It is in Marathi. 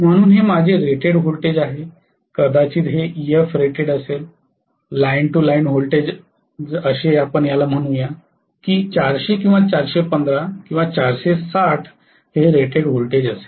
म्हणून हे माझे रेटेड व्होल्टेज आहे कदाचित हे Ef rated असेल लाइन टू लाइन व्होल्टेज असे म्हणू या की ४०० किंवा ४१५ ४६० हे रेटेड व्होल्टेज असेल